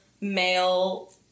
male